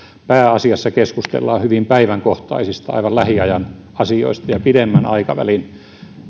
pääasiassa keskustellaan hyvin päivänkohtaisista aivan lähiajan asioista ja pidemmän aikavälin